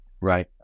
right